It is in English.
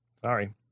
Sorry